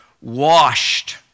washed